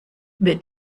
wird